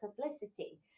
publicity